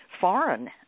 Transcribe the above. foreign